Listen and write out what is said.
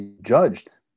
Judged